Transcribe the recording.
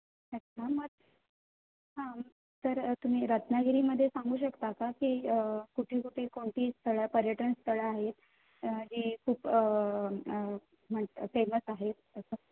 अच्छा मग हां तर तुम्ही रत्नागिरीमध्ये सांगू शकता का की कुठे कुठे कोणती स्थळं पर्यटन स्थळं आहेत जी खूप म्हण फेमस आहेत असं